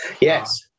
Yes